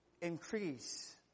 Increase